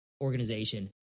organization